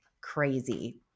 crazy